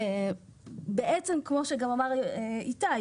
כמו שגם איתי אמר,